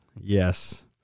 Yes